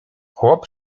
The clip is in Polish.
chłop